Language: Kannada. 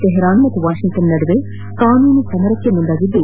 ತೆಹರಾನ್ ಮತ್ತು ವಾಷಿಂಗ್ಟನ್ ನಡುವೆ ಕಾನೂನು ಸಮರಕ್ಕೆ ಮುಂದಾಗಿದ್ದು